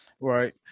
Right